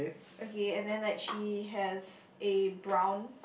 okay and then like she has a brown